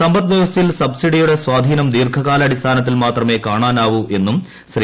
സമ്പദ്വ്യവസ്ഥയിൽ സബ്സിഡിയുടെ സ്വാധീനം ദീർഘകാല അടിസ്ഥാനത്തിൽ മാത്രമേ കാണാനാവൂ എന്നും ശ്രീ